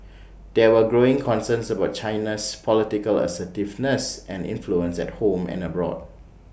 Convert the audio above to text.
there are growing concerns about China's political assertiveness and influence at home and abroad